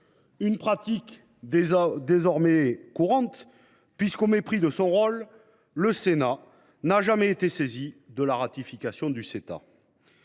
Cette pratique est désormais courante, puisque, au mépris de son rôle, le Sénat n’a jamais été saisi de la ratification du Ceta.